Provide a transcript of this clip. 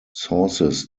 sources